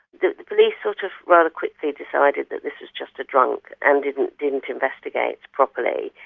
the police sort of rather quickly decided that this was just a drunk and didn't didn't investigate properly.